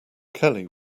kelly